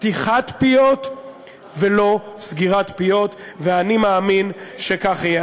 פתיחת פיות ולא סגירת פיות, ואני מאמין שכך יהיה.